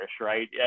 right